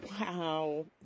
Wow